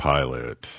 Pilot